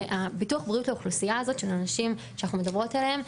ביטוח בריאות לאוכלוסייה הזאת של הנשים שאנחנו מדברות עליהן,